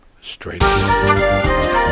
straight